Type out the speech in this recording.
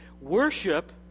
Worship